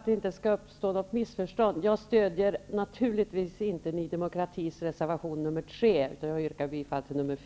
För att det inte skall uppstå något missförstånd: Jag stödjer naturligtvis inte Ny demokratis reservation nr 3, utan det är i stället reservation 4